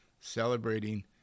celebrating